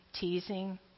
teasing